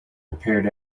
prepared